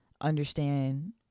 understand